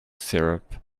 syrup